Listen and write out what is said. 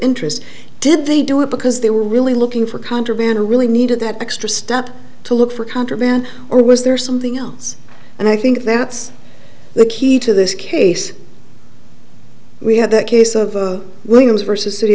interest did they do it because they were really looking for contraband who really needed that extra step to look for contraband or was there something else and i think that's the key to this case we have the case of williams versus city